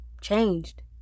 changed